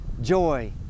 joy